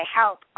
help